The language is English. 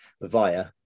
via